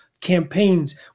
campaigns